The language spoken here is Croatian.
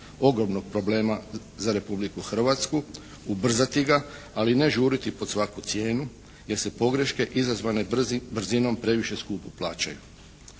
ogromnog problema za Republiku Hrvatsku, ubrzati ga ali ne žuriti pod svaku cijenu jer se pogreške izazvane brzinom previše skupo plaćaju.